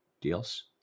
deals